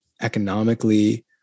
economically